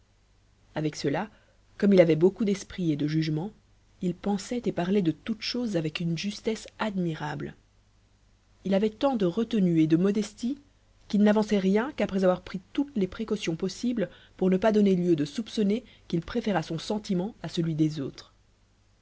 avec cela comme il avait beaucoup d'esprit et de jugement il pensait et parlait de toutes choses avec une justesse admirable il avait tant de retenue et de modestie qu'il n'avançait rien qu'après avoir pris toutes les précautions possibles pour ne pas donner lieu de soupçonner qu'il préférât son sentiment à celui des autres